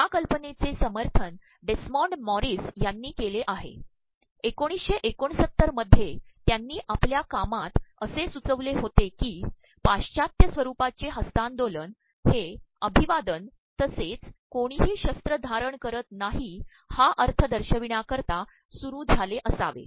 या कल्पनेचे समर्यन डेसमॉन्ड मॉररस यांनी के ले आहे 1969 मध्ये त्यांनी आपल्या कामात असेसुचवलेहोतेकी पाश्चात्य स्त्वरूपाचेहस्त्तांदोलन हे अमभवादन तसेच कोणीही शस्त्र धारण करत नाही हा अर्य दशयप्रवण्याकररता सुरू झाले असावे